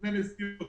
סוכני נסיעות,